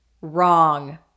Wrong